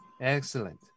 Excellent